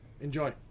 Enjoy